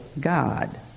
God